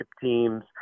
teams